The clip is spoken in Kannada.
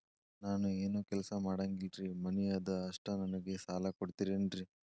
ನಾನು ಏನು ಕೆಲಸ ಮಾಡಂಗಿಲ್ರಿ ಮನಿ ಅದ ಅಷ್ಟ ನನಗೆ ಸಾಲ ಕೊಡ್ತಿರೇನ್ರಿ?